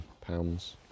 pounds